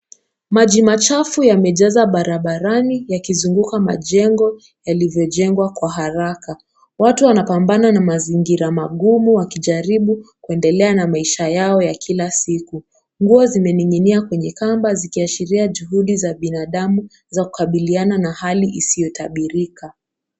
Maji machafu yamejaza barabarani yakizunguka majengo yalivyojengwa kwa haraka. Watu wanapambana na mazingira magumu wakijaribu kuendelea na maisha yao ya kila siku. Nguo zimening'inia kwenye kamba zikiashiria juhudi za binadamu za kukabiliana na hali isiyotabirika.